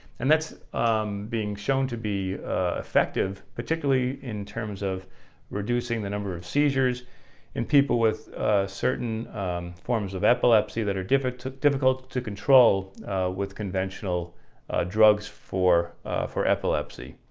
and that's being shown to be effective particularly in terms of reducing the number of seizures in people with certain forms of epilepsy that are difficult to to control with conventional drugs for for epilepsy.